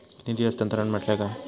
निधी हस्तांतरण म्हटल्या काय?